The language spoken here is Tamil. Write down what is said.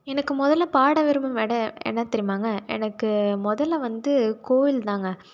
எனக்கு முதல்ல பாட விரும்பும் இடம் என்னென்னு தெரியுமாங்க எனக்கு முதல்ல வந்து கோவில்தாங்க